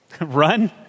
Run